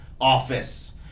office